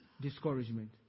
discouragement